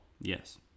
Yes